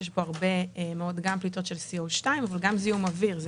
שיש בו גם הרבה מאוד פליטות של CO2 וגם זיהום אוויר.